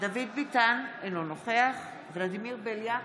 דוד ביטן, אינו נוכח ולדימיר בליאק,